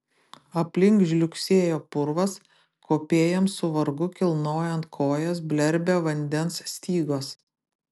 aplink žliugsėjo purvas kopėjams su vargu kilnojant kojas blerbė vandens stygos